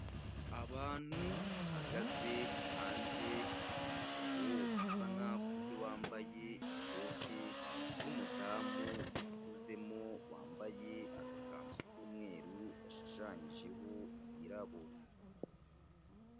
Abantu bahagaze hanze, ni umugabo usa nkaho akuze, wambaye ikote n'umudamu ukuzemo, wambaye agakanzu k'umweru gashushanyijeho ibirabo.